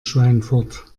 schweinfurt